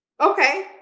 Okay